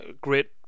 great